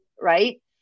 right